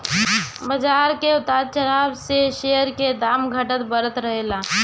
बाजार के उतार चढ़ाव से शेयर के दाम घटत बढ़त रहेला